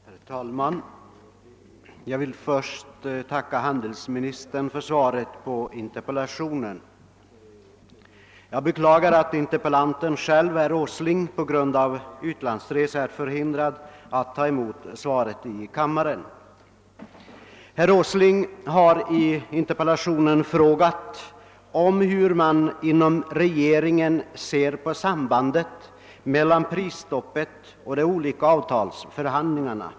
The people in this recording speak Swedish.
Herr talman! Jag vill först tacka handelsministern för det svar som han lämnat på herr Åslings interpellation. Jag beklagar att interpellanten själv på grund av utlandsresa är förhindrad att ta emot svaret i kammaren. Herr Åsling har i interpellationen frågat hur man inom regeringen ser på sambandet mellan prisstoppet och de olika avtalsförhandlingarna.